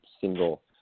single